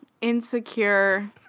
insecure